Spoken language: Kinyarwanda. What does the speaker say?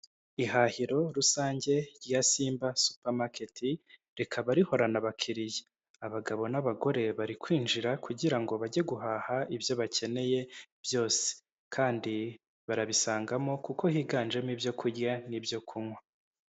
Ihahiro rusange rya Simba supa maketi, rikaba rihorana abakiriya. Abagabo n'abagore bari kwinjira kugira ngo bajye guhaha ibyo bakeneye byose kandi barabisangamo kuko higanjemo ibyoku kurya n'ibyo kunywa.